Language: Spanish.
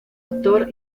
actor